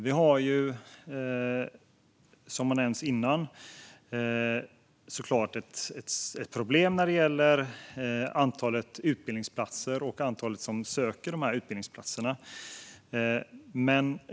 Vi har, som tidigare har nämnts, såklart ett problem när det gäller antalet utbildningsplatser och antalet sökande till dem.